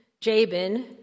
Jabin